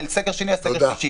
הסגר השלישי.